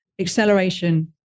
acceleration